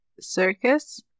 circus